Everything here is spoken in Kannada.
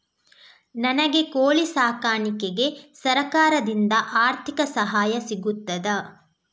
ನನಗೆ ಕೋಳಿ ಸಾಕಾಣಿಕೆಗೆ ಸರಕಾರದಿಂದ ಆರ್ಥಿಕ ಸಹಾಯ ಸಿಗುತ್ತದಾ?